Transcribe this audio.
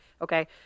okay